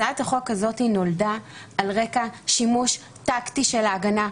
הצעת החוק הזאת נולדה על רקע שימוש טקטי של ההגנה,